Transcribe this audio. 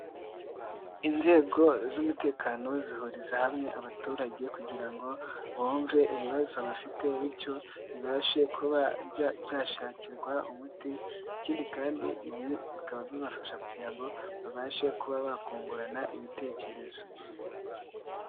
Inzego z'umutekano zihuriza hamwe abaturage kugira ngo bumve ibibazo bafite bityo bibashe kuba byashakirwa umuti, ikindi kandi ibi bikaba bibafasha kugira ngo babashe kuba bakungurana ibitekerezo.